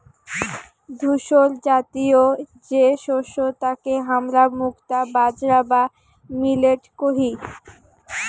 ধূসরজাতীয় যে শস্য তাকে হামরা মুক্তা বাজরা বা মিলেট কহি